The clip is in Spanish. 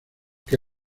que